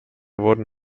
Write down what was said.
wurden